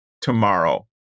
tomorrow